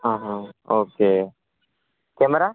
okay camera